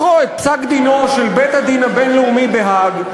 אני מזמין אותך לקרוא את פסק-דינו של בית-הדין הבין-לאומי בהאג,